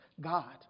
God